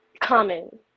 common